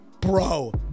Bro